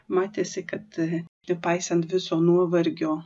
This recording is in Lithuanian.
matėsi kad nepaisant viso nuovargio